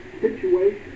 situation